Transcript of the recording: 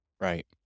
Right